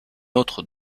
autre